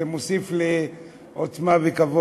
זה מוסיף לי עוצמה וכבוד.